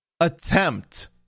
attempt